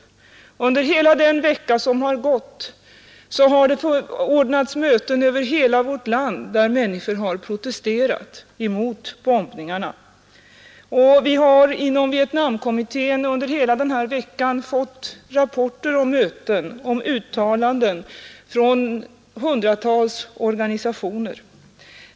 Under den vecka som har gått har det ordnats möten över hela vårt land, där människor har protesterat mot bombningarna, och vi har inom Vietnamkommittén under hela denna vecka fått rapporter om möten och om uttalanden från hundratals organisationer.